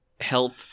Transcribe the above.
help